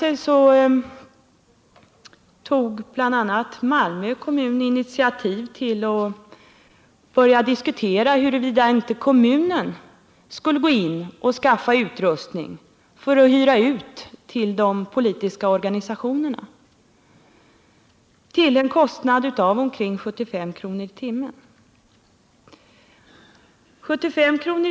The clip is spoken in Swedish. I Malmö har därför kommunen börjat diskutera huruvida den skall gå in och skaffa utrustning för att hyra ut till de politiska organisationerna till en kostnad av omkring 75 kr. i timmen. 75 kr.